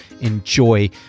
enjoy